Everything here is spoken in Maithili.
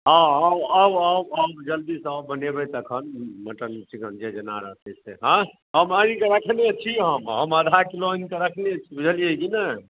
अहाँ आउ आउ आउ जल्दीसँ आउ बनेबै तखन मटन चिकन जे जेना रहतै से हँ हम आनि कऽ रखने छी हम हम आधा किलो आनि कऽ रखने छी बुझलियै कि नहि